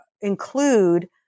include